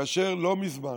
כאשר לא מזמן